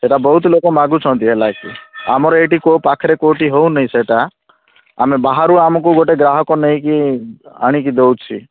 ସେଟା ବହୁତ ଲୋକ ମାଗୁଛନ୍ତି ହେଲାକି ଆମର ଏଠି କେଉଁ ପାଖରେ କେଉଁଠି ହେଉନି ସେଟା ଆମେ ବାହାରୁ ଆମକୁ ଗୋଟେ ଗ୍ରାହକ ନେଇକି ଆଣିକି ଦେଉଛି